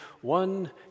one